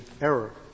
error